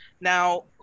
now